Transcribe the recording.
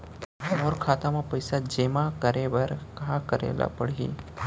मोर खाता म पइसा जेमा करे बर का करे ल पड़ही?